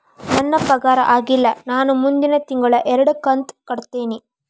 ನನ್ನ ಪಗಾರ ಆಗಿಲ್ಲ ನಾ ಮುಂದಿನ ತಿಂಗಳ ಎರಡು ಕಂತ್ ಕಟ್ಟತೇನಿ